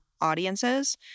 audiences